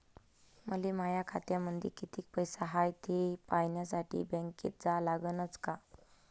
मले माया खात्यामंदी कितीक पैसा हाय थे पायन्यासाठी बँकेत जा लागनच का?